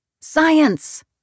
Science